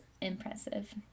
impressive